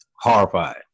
Horrified